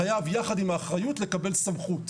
חייב יחד עם האחריות לקבל סמכות.